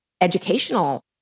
educational